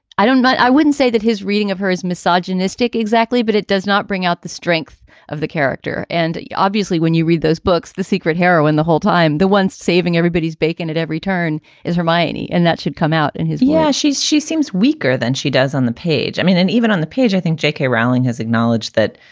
i don't. but i wouldn't say that his reading of her is misogynistic. exactly. but it does not bring out the strength of the character. and obviously, when you read those books, the secret heroine the whole time, the one saving everybody's bacon at every turn is her miney. and that should come out in his yeah. she's she seems weaker than she does on the page. i mean and even on the page, i think j k. rowling has acknowledged that,